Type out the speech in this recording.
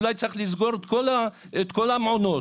אולי צריך לסגור את כל המעונות?